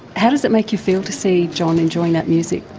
how does it make you feel to see john enjoying that music?